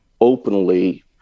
openly